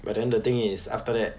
but then the thing is after that